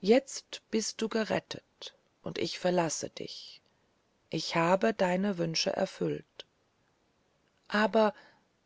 jetzt bist du gerettet und ich verlasse dich ich habe deine wünsche erfüllt aber